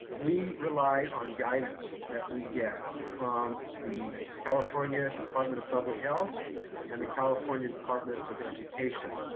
we rely on guidance that we get from the california department of public health and the california department of education.